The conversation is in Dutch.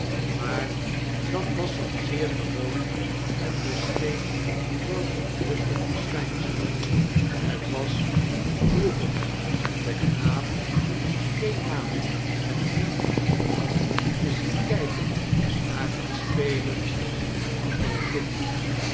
maar dat was een zeer gewoon en dus geen verontrustend verschijnsel het was droevig den knaap die geen naam en geen familie had te zien kijken naar het spelen der andere kinderen